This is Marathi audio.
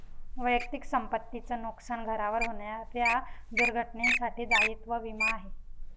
वैयक्तिक संपत्ती च नुकसान, घरावर होणाऱ्या दुर्घटनेंसाठी दायित्व विमा आहे